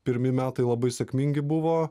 pirmi metai labai sėkmingi buvo